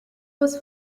was